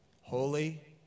holy